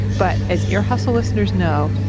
but, as ear hustle listeners know,